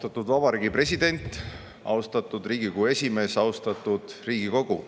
Austatud Vabariigi President! Austatud Riigikogu esimees! Austatud Riigikogu!